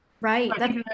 Right